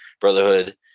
Brotherhood